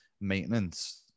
maintenance